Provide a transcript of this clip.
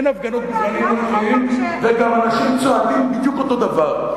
אין הפגנות ודברים אחרים וגם אנשים צועדים בדיוק אותו דבר,